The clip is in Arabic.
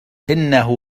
إنه